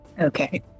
Okay